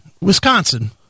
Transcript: Wisconsin